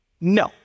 No